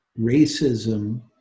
racism